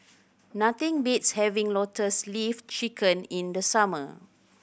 nothing beats having Lotus Leaf Chicken in the summer